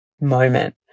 moment